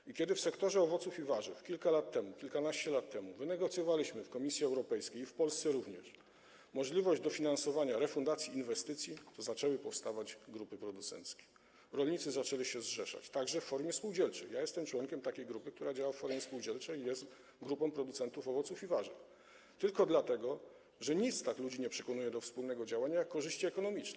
I kiedy w sektorze owoców i warzyw kilka, kilkanaście lat temu wynegocjowaliśmy w Komisji Europejskiej, w Polsce również, możliwość dofinansowania, refundacji kosztów inwestycji, to zaczęły powstawać grupy producenckie, rolnicy zaczęli się zrzeszać, także w formie spółdzielczej - ja jestem członkiem takiej grupy, która działa w formie spółdzielczej i jest grupą producentów owoców i warzyw - tylko dlatego, że nic tak ludzi nie przekonuje do wspólnego działania jak korzyści ekonomiczne.